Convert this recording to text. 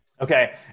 Okay